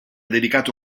dedicato